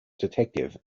detective